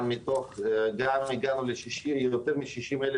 הגענו ליותר מ-60,000